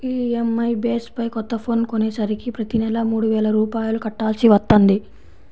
EMI base పై కొత్త phone కొనేసరికి ప్రతి నెలా మూడు వేల రూపాయలు కట్టాల్సి వత్తంది